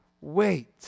wait